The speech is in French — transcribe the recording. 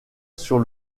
sur